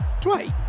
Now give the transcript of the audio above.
Dwight